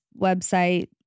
website